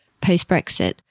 post-Brexit